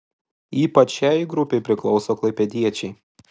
ypač šiai grupei priklauso klaipėdiečiai